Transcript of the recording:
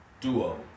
duo